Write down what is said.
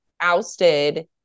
ousted